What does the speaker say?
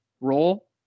role